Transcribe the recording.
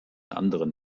anderen